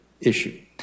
issue